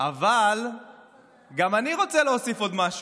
אבל גם אני רוצה להוסיף עוד משהו.